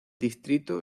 distrito